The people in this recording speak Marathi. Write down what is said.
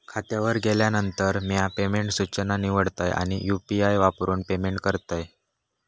खात्यावर गेल्यानंतर, म्या पेमेंट सूचना निवडतय आणि यू.पी.आई वापरून पेमेंट करतय